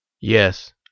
Yes